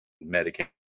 medication